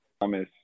Thomas